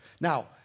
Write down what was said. Now